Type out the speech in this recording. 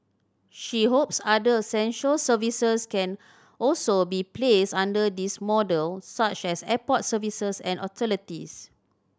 she hopes other essential services can also be placed under this model such as airport services and utilities